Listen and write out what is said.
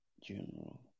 general